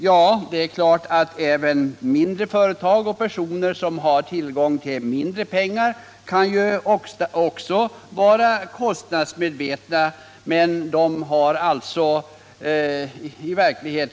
Mindre företag och enskilda personer som har tillgång till mindre belopp kan naturligtvis också vara kostnadsmedvetna, men de har f.n. inte rätt till specialinlåningsvillkor.